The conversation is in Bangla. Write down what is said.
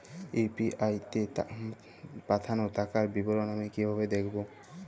ইউ.পি.আই তে পাঠানো টাকার বিবরণ আমি কিভাবে দেখবো?